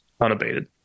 unabated